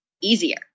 easier